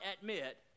admit